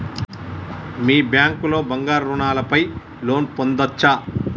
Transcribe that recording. మీ bank లో బంగారు ఆభరణాల పై లోన్ పొందచ్చా?